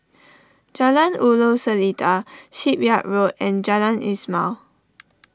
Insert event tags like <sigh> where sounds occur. Jalan Ulu Seletar Shipyard Road and Jalan Ismail <noise>